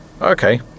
Okay